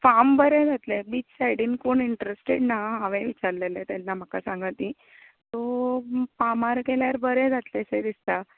farm बरें जातलें beach सायडीन कोण इन्टरेस्टेड ना हांवें विचाल्लेलें तेन्ना म्हाका सांग तीं सो फार्मार गेल्यार बरें जालतें शें दिसता